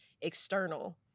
external